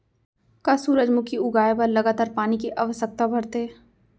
का सूरजमुखी उगाए बर लगातार पानी के आवश्यकता भरथे?